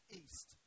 east